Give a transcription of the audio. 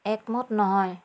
একমত নহয়